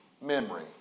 Memory